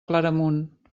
claramunt